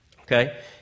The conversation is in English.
okay